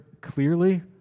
clearly